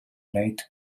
late